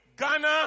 Ghana